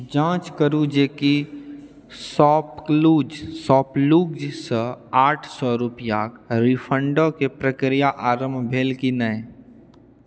जाँच करू जे की शॉपक्लूज शॉपलूजसँ आठ सए रुपैआक रिफंडके प्रक्रिया आरम्भ भेल की नहि